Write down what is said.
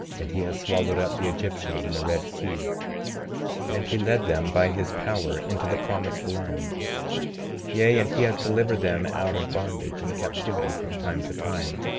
and he has swallowed up the egyptians in the red sea and he led them by his power into the promised land yea, and he has delivered them out of bondage and captivity from time to time.